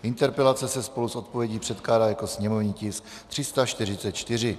Interpelace se spolu s odpovědí předkládá jako sněmovní tisk 344.